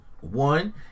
One